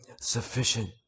sufficient